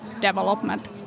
development